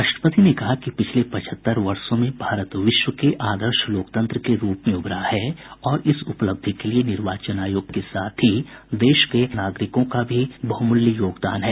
राष्ट्रपति ने कहा कि पिछले पचहत्तर वर्षों में भारत विश्व के आदर्श लोकतंत्र के रूप में उभरा है और इस उपलब्धि के लिए निर्वाचन आयोग के साथ ही देश के नागरिकों का भी बहुमूल्य योगदान है